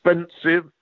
expensive